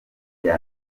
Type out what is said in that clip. rya